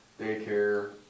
daycare